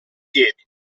piedi